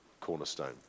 cornerstone